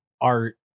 art